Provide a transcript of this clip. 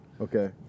Okay